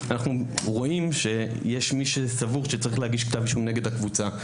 אנחנו רואים שיש מי שסבור שצריך להגיש כתב אישום נגד הקבוצה.